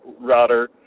router